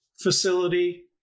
facility